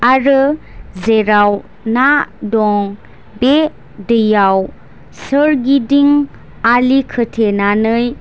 आरो जेराव ना दं बे दैयाव सोरगिदिं आलि खोथेनानै